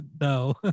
No